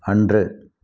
அன்று